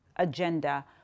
Agenda